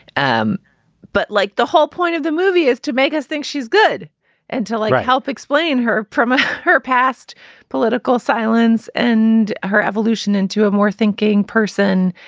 um but like the whole point of the movie is to make us think she's good and to, like, help explain her from ah her past political silence and her evolution into a more thinking person.